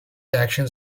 actions